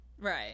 Right